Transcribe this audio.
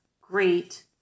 great